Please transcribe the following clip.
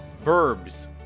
Verbs